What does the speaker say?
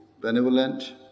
benevolent